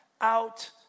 out